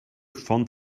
font